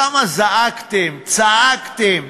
כמה זעקתם, צעקתם,